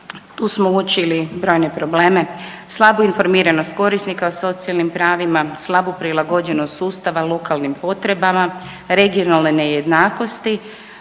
tu smo uočili brojne probleme, slabu informiranost korisnika o socijalnim pravima, slabu prilagođenost sustava lokalnim potrebama, regionalne nejednakosti